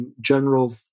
general